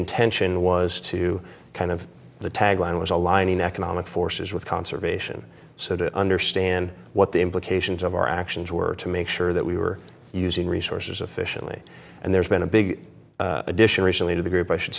intention was to kind of the tagline was aligning economic forces with conservation so to understand what the implications of our actions were to make sure that we were using resources efficiently and there's been a big addition recently to the group i should